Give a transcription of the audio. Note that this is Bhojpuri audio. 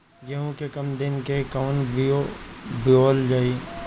गेहूं के कम दिन के कवन बीआ बोअल जाई?